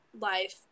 life